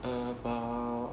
about